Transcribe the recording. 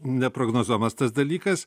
neprognozuojamas tas dalykas